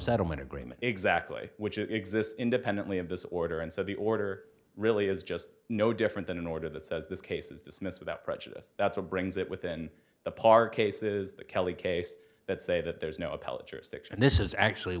settlement agreement exactly which exists independently of this order and so the order really is just no different than an order that says this case is dismissed without prejudice that's what brings it within the park cases the kelly case that say that there is no apology and this is actually